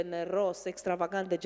extravagant